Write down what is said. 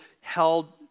held